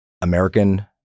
American